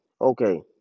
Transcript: Okay